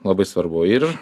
labai svarbu ir